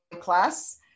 class